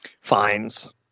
Fines